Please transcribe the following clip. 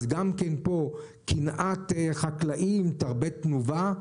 אז גם פה קנאת חקלאים תרבה תנובה,